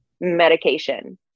medication